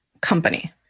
company